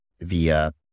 via